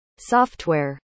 software